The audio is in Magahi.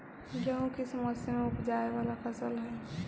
गेहूं किस मौसम में ऊपजावे वाला फसल हउ?